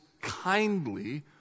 kindly